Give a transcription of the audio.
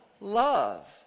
love